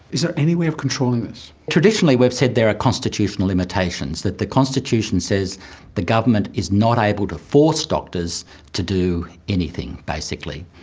is there any way of controlling this? traditionally we have said there are constitutional limitations, that the constitution says the government is not able to force doctors to do anything, basically.